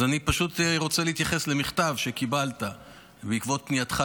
אז אני פשוט רוצה להתייחס למכתב שקיבלת בעקבות פנייתך,